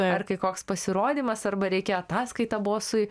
dabar kai koks pasirodymas arba reikia ataskaitą bosui